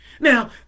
Now